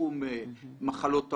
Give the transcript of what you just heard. בתחום מחלות המוח,